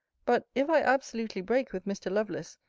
but, if i absolutely break with mr. lovelace,